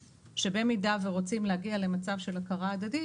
שבמידה ורוצים להגיע למצב של הכרה הדדית,